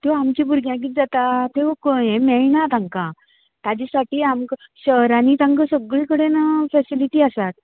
त्यो आमच्या भुरग्यांक किद जाता त्यो खंय ये मेळना तांकां ताज्यासाटी आमकां शहरांनी तांकां सगळें कडेन फेसिलीटि आसात